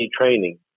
training